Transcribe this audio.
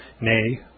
nay